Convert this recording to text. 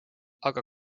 aga